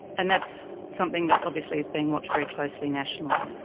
and that's something that obviously is being watched very closely nationally.